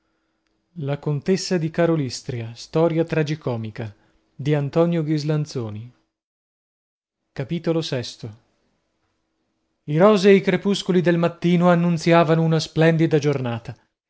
la contessa cominciava ad esercitare i i rosei crepuscoli del mattino annunziavano una splendida giornata